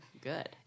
Good